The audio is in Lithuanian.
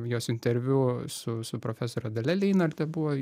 jos interviu su su profesore dalia leinarte buvo